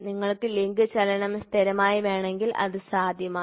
നിങ്ങൾക്ക് ലിങ്ക് ചലനം സ്ഥിരമായി വേണമെങ്കിൽ അത് സാധ്യമാണ്